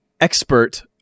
expert